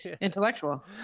intellectual